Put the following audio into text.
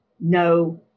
No